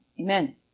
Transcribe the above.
amen